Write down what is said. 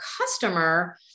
customer